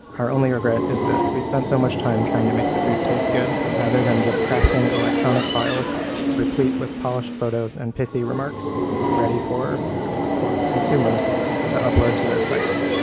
our only regret is that we spent so much time trying to make the food taste good rather than just crafting electronic files replete with polished photos and pithy remarks ready for consumers to upload to their sites.